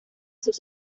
sus